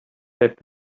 said